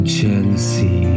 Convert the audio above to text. Chelsea